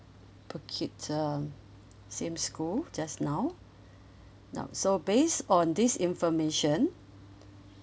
bukit um same school just now now so based on this information